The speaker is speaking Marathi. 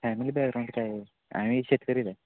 फॅमिली बॅकग्राऊंड काय आम्ही शेतकरीच आहे